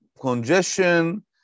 congestion